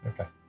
Okay